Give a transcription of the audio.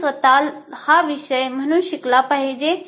आपण स्वतः हा विषय म्हणून शिकला पाहिजे